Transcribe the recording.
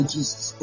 Jesus